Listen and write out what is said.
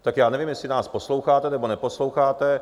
Tak já nevím, jestli nás posloucháte, nebo neposloucháte.